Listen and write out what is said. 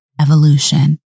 evolution